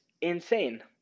insane